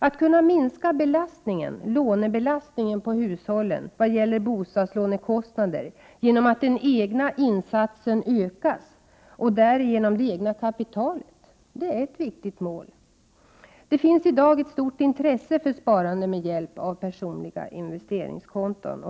Att lånebelastningen på hushållen skall minska vad gäller bostadslånekostnader, genom att den egna insatsen ökas och därigenom det egna kapitalet, är ett viktigt mål. Det finns i dag ett stort intresse för sparande med hjälp av personliga investeringskonton.